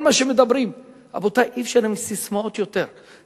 אי-אפשר עם ססמאות יותר,